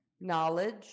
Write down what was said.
Knowledge